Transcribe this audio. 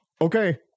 okay